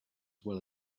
well